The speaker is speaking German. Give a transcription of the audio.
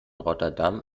rotterdam